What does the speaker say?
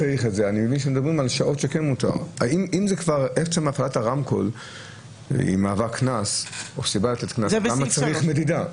אם עצם הפעלת הרמקול מהווה קנס, למה צריך מדידה?